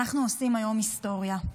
אנחנו עושים היום היסטוריה.